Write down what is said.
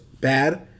bad